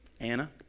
Anna